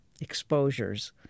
exposures